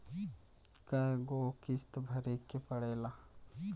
कय गो किस्त भरे के पड़ेला?